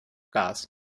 gas